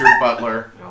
Butler